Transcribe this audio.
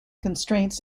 constraints